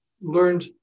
learned